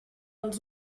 els